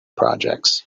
projects